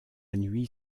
nuit